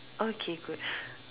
okay good